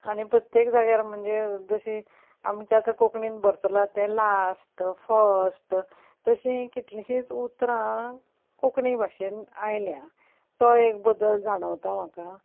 आनी प्रत्येक जाग्यार म्हणजे जशीं आमच्या आतां कोंकणीन भरसलां तें लास्ट फस्ट तशीं कितलींशींच उतरां कोंकणी भाशेन आयल्या तो एक बदल जाणवता म्हाका